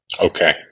okay